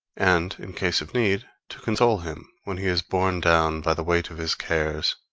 and, in case of need, to console him when he is borne down by the weight of his cares.